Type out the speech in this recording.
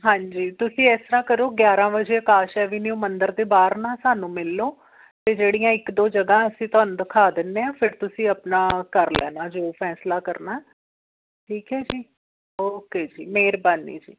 ਹਾਂਜੀ ਤੁਸੀਂ ਇਸ ਤਰ੍ਹਾਂ ਕਰੋ ਗਿਆਰਾਂ ਵਜੇ ਆਕਾਸ਼ ਐਵੀਨਿਊ ਮੰਦਿਰ ਦੇ ਬਾਹਰ ਨਾ ਸਾਨੂੰ ਮਿਲ ਲਉ ਅਤੇ ਜਿਹੜੀਆਂ ਇੱਕ ਦੋ ਜਗ੍ਹਾ ਅਸੀਂ ਤੁਹਾਨੂੰ ਦਿਖਾ ਦਿੰਦੇ ਹਾਂ ਫਿਰ ਤੁਸੀਂ ਆਪਣਾ ਕਰ ਲੈਣਾ ਜੋ ਫੈਸਲਾ ਕਰਨਾ ਠੀਕ ਹੈ ਜੀ ਓਕੇ ਜੀ ਮਿਹਰਬਾਨੀ ਜੀ